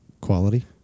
quality